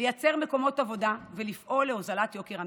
לייצר מקומות עבודה ולפעול להורדת יוקר המחיה,